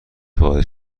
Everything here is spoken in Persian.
باعث